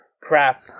crap